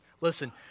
Listen